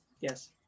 Yes